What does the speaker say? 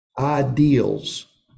Ideals